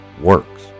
works